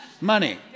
money